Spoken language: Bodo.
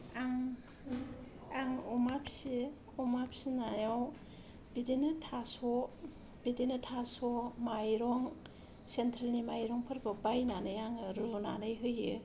आं आं अमा फिसियो अमा फिसिनायाव बिदिनो थास' बिदिनो थास' माइरं सेनट्रेलनि माइरंफोरखौ बायनानै आङो रुनानै होयो